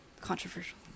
Controversial